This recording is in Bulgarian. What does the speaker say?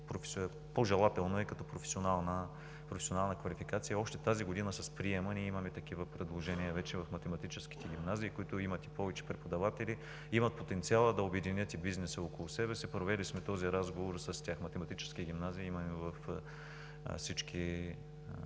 по-желателно е като професионална квалификация. Още с приема тази година ние имаме такива предложения в математическите гимназии, които имат и повече преподаватели, имат потенциала да обединят и бизнеса около себе си. Провели сме този разговор с тях. Математически гимназии имаме в почти